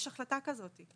יש החלטה כזאת.